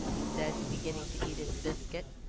he said, beginning to eat his biscuit.